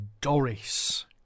Doris